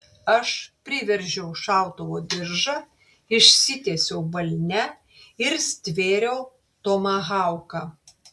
aš priveržiau šautuvo diržą išsitiesiau balne ir stvėriau tomahauką